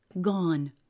Gone